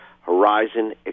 Horizon